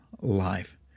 life